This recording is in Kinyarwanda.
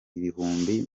ibihumbi